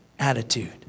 Attitude